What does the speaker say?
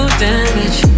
damage